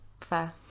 Fair